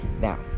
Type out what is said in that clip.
Now